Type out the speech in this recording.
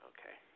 Okay